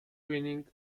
winning